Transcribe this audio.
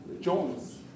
Jones